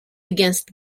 against